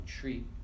treat